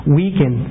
weaken